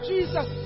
Jesus